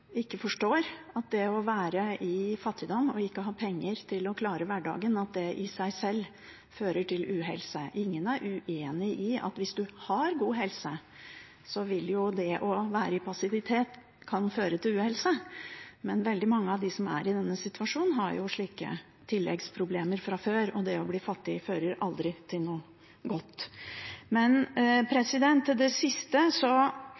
ikke forstår at det å være i fattigdom og ikke ha penger til å klare hverdagen i seg sjøl fører til uhelse. Ingen er uenig i at hvis man har god helse, kan det å være i passivitet føre til uhelse. Veldig mange av dem som er i denne situasjonen, har tilleggsproblemer fra før, og det å bli fattig fører aldri til noe godt.